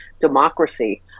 democracy